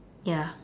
ya